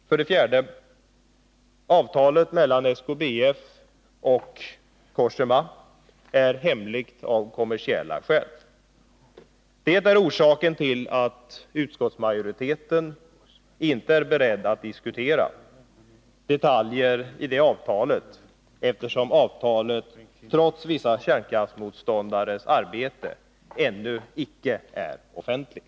För det fjärde: Avtalet mellan SKBF och Cogéma är hemligt av kommersiella skäl. Det är orsaken till att utskottsmajoriteten inte är beredd att diskutera detaljer i detta avtal, eftersom avtalet trots vissa kärnkraftsmotståndares arbete ännu icke är offentligt.